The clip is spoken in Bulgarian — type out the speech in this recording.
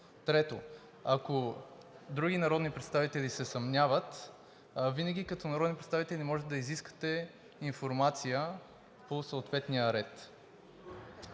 Трето, ако други народни представители се съмняват, винаги като народни представители може да изискате информация по съответния ред.